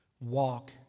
Walk